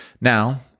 Now